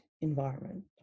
environment